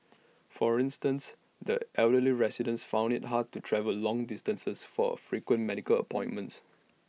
for instance the elderly residents found IT hard to travel long distances for frequent medical appointments